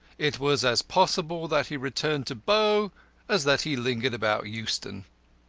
it was as possible that he returned to bow as that he lingered about euston.